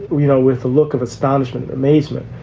you know, with a look of astonishment, amazement,